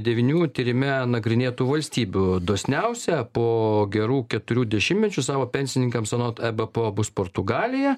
devynių tyrime nagrinėtų valstybių dosniausią po gerų keturių dešimtmečių savo pensininkams anot e b p o bus portugalija